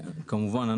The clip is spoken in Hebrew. כמובן.